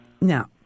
Now